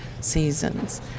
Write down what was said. seasons